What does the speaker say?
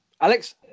Alex